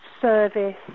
service